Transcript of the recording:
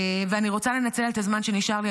אני רוצה לנצל את הזמן שנשאר לי,